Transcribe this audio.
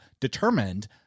determined